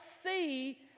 see